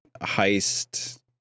heist